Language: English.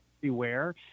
beware